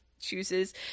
chooses